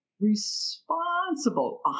responsible